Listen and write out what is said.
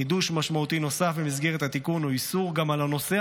חידוש משמעותי נוסף במסגרת תיקון הוא גם איסור על הנוסע